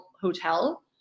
hotel